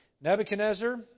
Nebuchadnezzar